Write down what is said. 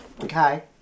Okay